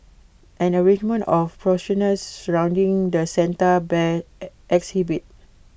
an arrangement of poinsettias surrounding the Santa bear exhibit